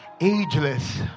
Ageless